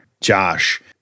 Josh